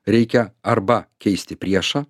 reikia arba keisti priešą